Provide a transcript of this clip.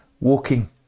walking